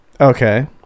Okay